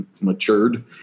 matured